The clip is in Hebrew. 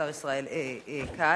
השר ישראל כץ,